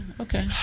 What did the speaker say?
okay